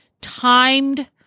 timed